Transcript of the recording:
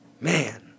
man